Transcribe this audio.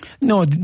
No